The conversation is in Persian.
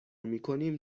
میکنیم